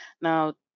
Now